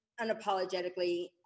unapologetically